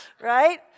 Right